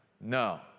No